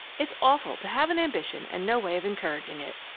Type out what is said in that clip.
it's awful to have an ambition and no way of encouraging it!